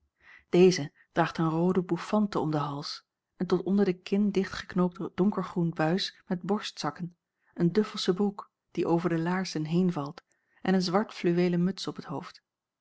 deze draagt een roode bouffante om den hals een tot onder de kin dichtgeknoopt donkergroen buis met borstzakken een duffelsche broek die over de laarzen heenvalt en een zwart fluweelen muts op het hoofd